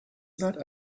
that